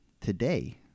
today